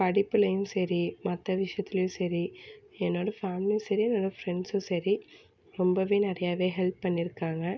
படிப்புலேயும் சரி மற்ற விஷயத்துலேயும் சரி என்னோடய ஃபேமிலியும் சரி என்னோடய ஃப்ரெண்ட்ஸும் சரி ரொம்பவே நிறையாவே ஹெல்ப் பண்ணியிருக்காங்க